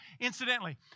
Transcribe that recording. Incidentally